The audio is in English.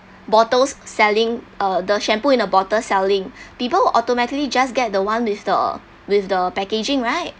bottles selling uh the shampoo in a bottle selling people will automatically just get the one with the with the packaging right